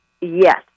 yes